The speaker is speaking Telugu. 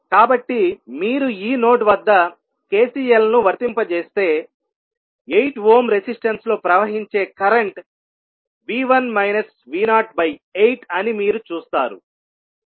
కాబట్టి మీరు ఈ నోడ్ వద్ద KCL ను వర్తింపజేస్తే 8 ఓమ్ రెసిస్టన్స్ లో ప్రవహించే కరెంట్V1 V08 అని మీరు చూస్తారు